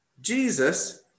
Jesus